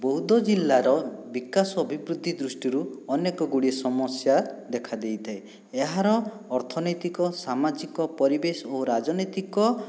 ବଉଦ ଜିଲ୍ଲାର ବିକାଶ ଅଭିବୃଦ୍ଧି ଦୃଷ୍ଟିରୁ ଅନେକ ଗୁଡ଼ିଏ ସମସ୍ୟା ଦେଖାଦେଇଥାଏ ଏହାର ଅର୍ଥନୈତିକ ସାମାଜିକ ପରିବେଶ ଓ ରାଜନୈତିକ